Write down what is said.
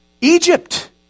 Egypt